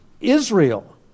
Israel